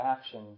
action